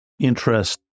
interest